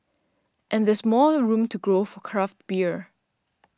and there's more room to grow for craft beer